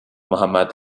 محمد